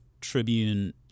Tribune